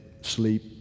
sleep